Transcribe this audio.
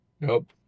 Nope